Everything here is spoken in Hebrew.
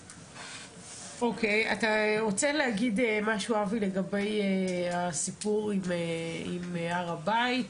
אבי, אתה רוצה להגיד משהו לגבי הסיפור עם הר הבית?